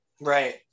Right